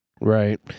Right